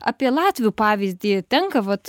apie latvių pavyzdį tenka vat